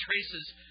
traces